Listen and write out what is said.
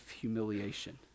humiliation